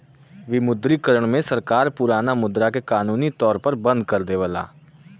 विमुद्रीकरण में सरकार पुराना मुद्रा के कानूनी तौर पर बंद कर देवला